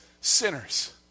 sinners